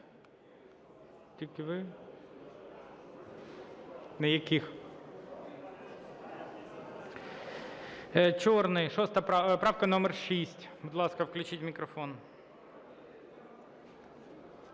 Чорний, правка номер 6.